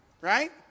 right